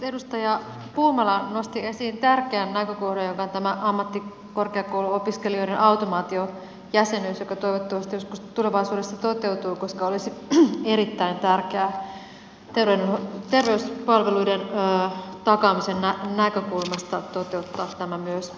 edustaja puumala nosti esiin tärkeän näkökohdan joka on tämä ammattikorkeakouluopiskelijoiden automaatiojäsenyys joka toivottavasti joskus tulevaisuudessa toteutuu koska olisi erittäin tärkeää terveyspalveluiden takaamisen näkökulmasta toteuttaa tämä myös heille